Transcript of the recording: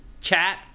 chat